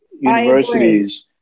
universities